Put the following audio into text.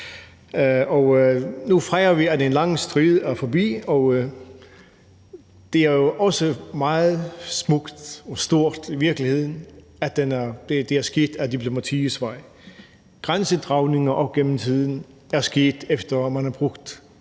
Nu fejrer vi, at en lang strid er forbi, og det er jo i virkeligheden også meget smukt og stort, at det er sket ad diplomatiets vej. Grænsedragninger op gennem tiden er sket, efter at man har brugt